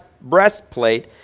breastplate